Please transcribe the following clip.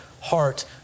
heart